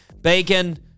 bacon